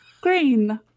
green